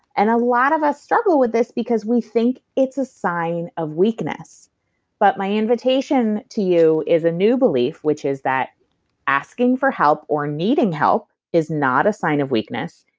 and a lot of us struggle with this because we think it's a sign of weakness but my invitation to you is a new belief, which is that asking for help or needing help is not a sign of weakness,